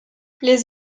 les